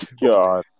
God